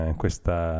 questa